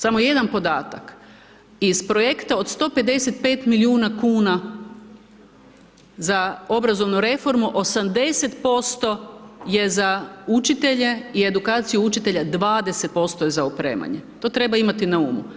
Samo jedan podatak, iz projekta od 155 milijuna kuna za obrazovnu reformu, 80% je za učitelje i edukaciju učitelja, 20% je za opremanje, to treba imati na umu.